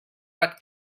but